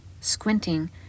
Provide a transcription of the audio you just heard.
Squinting